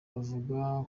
avuga